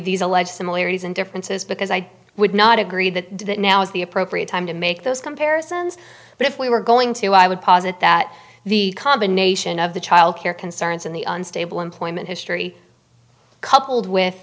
these alleged similarities and differences because i would not agree that that now is the appropriate time to make those comparisons but if we were going to i would posit that the combination of the child care concerns and the unstable employment history coupled with